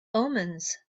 omens